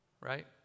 right